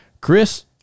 Chris